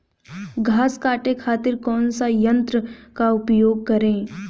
घास काटे खातिर कौन सा यंत्र का उपयोग करें?